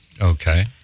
Okay